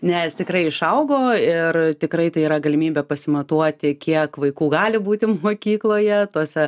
nes tikrai išaugo ir tikrai tai yra galimybė pasimatuoti kiek vaikų gali būti mokykloje tose